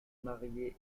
marié